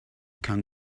can